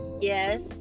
Yes